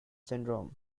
syndrome